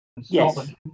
Yes